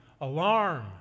alarm